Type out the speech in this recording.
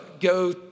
go